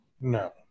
No